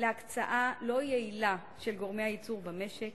להקצאה לא יעילה של גורמי הייצור במשק,